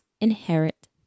inherit